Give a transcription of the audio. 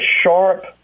sharp